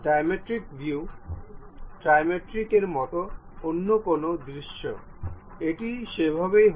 diametric view trimetric view এর মতো অন্য কোনও দৃশ্য এটি সেভাবেই হবে